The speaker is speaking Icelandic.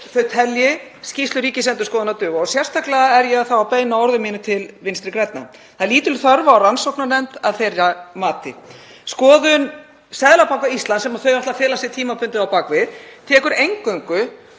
þau telji skýrslu Ríkisendurskoðunar duga. Sérstaklega er ég þá að beina orðum mínum til Vinstri grænna. Það er lítil þörf á rannsóknarnefnd að þeirra mati. Skoðun Seðlabanka Íslands, sem þau ætla að fela sig tímabundið á bak við, tekur eingöngu